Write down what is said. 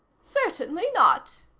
certainly not,